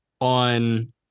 on